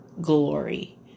glory